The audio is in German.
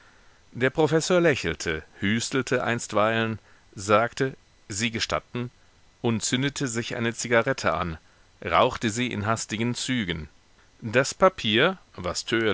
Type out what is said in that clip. der professor lächelte hüstelte einstweilen sagte sie gestatten und zündete sich eine zigarette an rauchte sie in hastigen zügen das papier